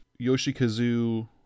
Yoshikazu